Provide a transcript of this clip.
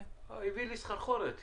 אבל מייד אחרי זה פניתי,